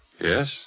Yes